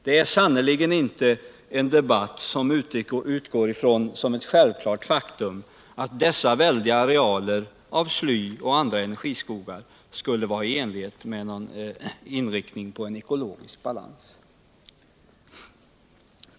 Detta är sannerligen inte en debatt som utgår som ett självklart faktum från att dessa väldiga arealer av sly och andra energiskogar skulle vara i överensstämmelse med någon inriktning på ekologisk balans.